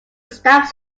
stabs